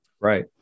Right